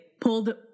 pulled